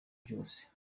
byose